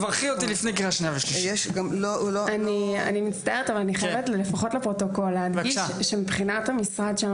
אני מצטערת אבל אני חייבת לפחות לפרוטוקול להדגיש שמבחינת המשרד שלנו,